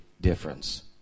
Difference